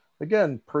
again